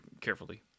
carefully